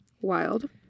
wild